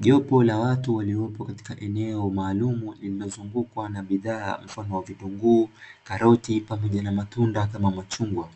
Jopo la watu waliopo katika eneo maalumu, lililozungukwa na bidhaa mfano; vitunguu, karoti pamoja na matunda kama machungwa,